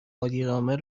مدیرعامل